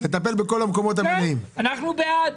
אנחנו בעד.